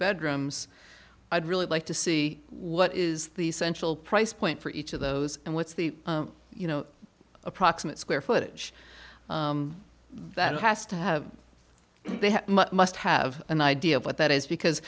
bedrooms i'd really like to see what is the essential price point for each of those and what's the you know approximate square footage that has to have must have an idea of what that is because